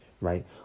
right